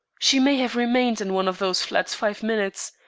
she may have remained in one of those flats five minutes.